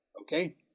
okay